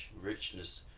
richness